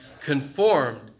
conformed